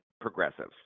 progressives